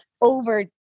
over